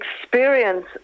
experience